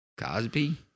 Cosby